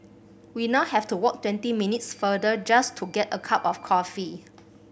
we now have to walk twenty minutes farther just to get a cup of coffee